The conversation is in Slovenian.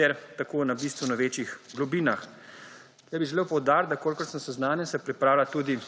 ter tako na bistveno večjih globinah. Tu bi želel poudariti, da kolikor sem seznanjen, se pripravlja tudi